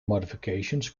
modifications